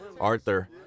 Arthur